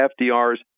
fdr's